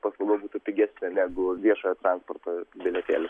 paslauga būtų pigesnė negu viešojo transporto bilietėlių